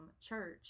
church